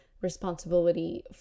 responsibility